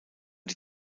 die